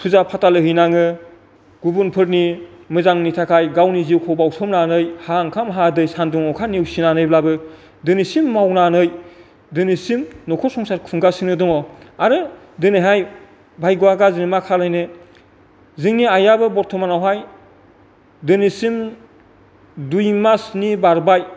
फुजा फाथाल हैनाङो गुबुनफोरनि मोजांनि थाखाय गावनि जिउखौ बावसोमनानै हा ओंखाम हा दै सानदुं अखा नेउसिनानैब्लाबो दिनैसिम मावनानै दिनैसिम न'खर संसार खुंगासिनो दङ आरो दिनैहाय भाग्य'आ गाज्रि मा खालामनो जोंनि आइयाबो बर्थ'मानावहाय दिनैसिम दुइमासनि बारबाय